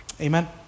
Amen